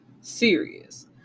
serious